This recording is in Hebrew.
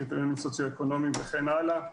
קריטריונים סוציואקונומיים וכן הלאה.